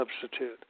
substitute